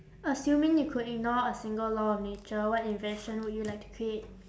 assuming you could ignore a single law of nature what invention would you like to create